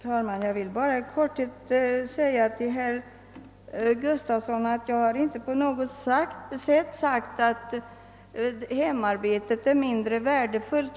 Herr talman! Jag vill i korthet säga till herr Gustavsson att jag inte på något sätt har uttalat att hemarbetet är mindre värdefullt.